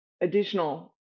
additional